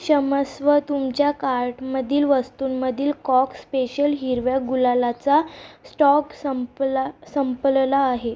क्षमस्व तुमच्या कार्टमधील वस्तूंमदील कॉक स्पेशल हिरव्या गुलालाचा स्टॉक संपला संपलेला आहे